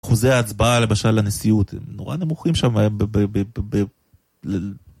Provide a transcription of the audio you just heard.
אחוזי ההצבעה למשל לנשיאות, הם נורא נמוכים שם